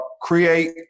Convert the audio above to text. create